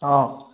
অঁ